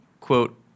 quote